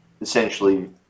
essentially